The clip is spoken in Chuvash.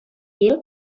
ирӗк